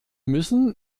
müssen